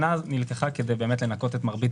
נקבעה שנה שלמה כדי לנכות את מרבית